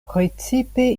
precipe